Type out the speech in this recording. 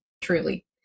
truly